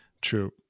True